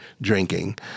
drinking